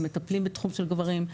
המטפלים בתחום של גברים.